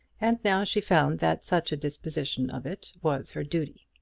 and now she found that such a disposition of it was her duty.